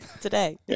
today